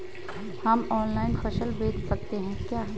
हम ऑनलाइन फसल बेच सकते हैं क्या?